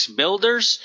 builders